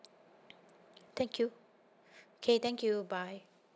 thank you k thank you bye